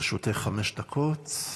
לרשותך חמש דקות,